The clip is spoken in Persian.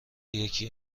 یکی